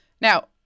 Now